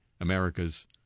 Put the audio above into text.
America's